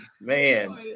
man